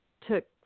took